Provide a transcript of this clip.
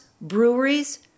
breweries